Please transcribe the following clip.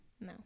No